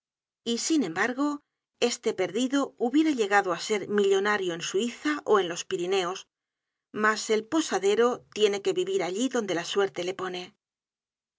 y sin embargo este perdido hubiera llegado á ser millonario en suiza ó en los pirineos mas el posadero tiene que vivir allí donde la suerte le pone